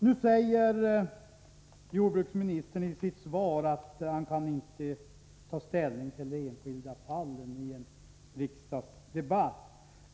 Nu säger jordbruksministern i sitt svar att han i en riksdagsdebatt inte kan ta ställning till de enskilda fallen.